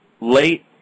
late